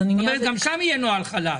כלומר גם כאן יהיה נוהל חדש.